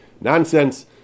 nonsense